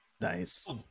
Nice